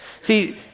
See